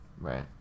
Right